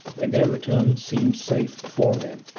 when their return seemed safe for them,